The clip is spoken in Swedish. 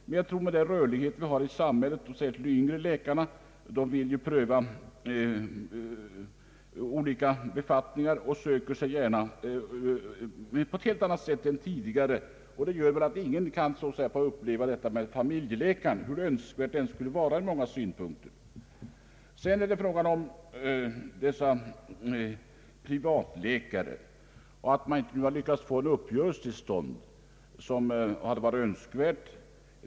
Men den rörlighet vi nu har i samhället, särskilt beträffande de yngre läkarna som vill pröva olika befattningar på ett helt annat sätt än tidigare, gör att ingen kan få uppleva tryggheten med en familjeläkare, hur önskvärt det än skulle vara ur många synpunkter. Beträffande privatläkarna har vi inte lyckats få en uppgörelse till stånd, vilket hade varit önskvärt.